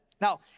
Now